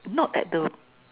not at the